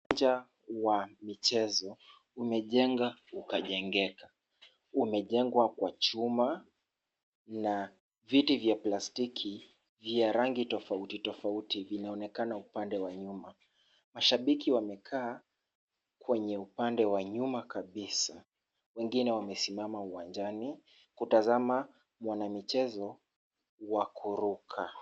Uwanja wa michezo umejenga ukajengeka, umejengwa kwa chuma na viti vya plastiki vya rangi tofauti tofauti vinaonekana upande wa nyuma. Mashabiki wamekaa kwenye upande wa nyuma kabisa wengine wamesimama uwanjani kutazama wanamichezo wa kuruka.